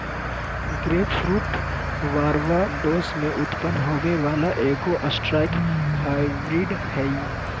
grapefruit Barbados में उत्पन्न होबो वला एगो साइट्रस हाइब्रिड हइ